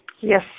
Yes